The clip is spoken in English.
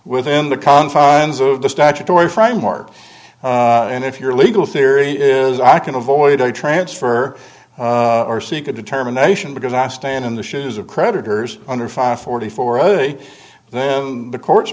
within the confines of the statutory framework and if your legal theory is i can avoid a transfer or seek a determination because i stand in the shoes of creditors under fire forty four other then the court